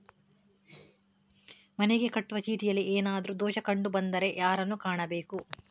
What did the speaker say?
ಮನೆಗೆ ಕಟ್ಟುವ ಚೀಟಿಯಲ್ಲಿ ಏನಾದ್ರು ದೋಷ ಕಂಡು ಬಂದರೆ ಯಾರನ್ನು ಕಾಣಬೇಕು?